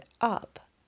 up